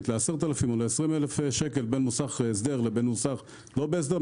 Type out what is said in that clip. ל-10,000 ₪ או ל-20,000 ₪ בין מוסך הסדר לבין מוסך שלא בהסדר.